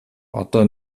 одоо